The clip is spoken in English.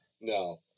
no